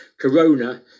corona